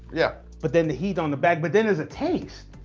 yeah but then the heat on the back, but then there's a taste!